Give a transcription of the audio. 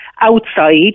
outside